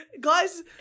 Guys